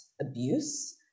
abuse